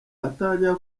atangira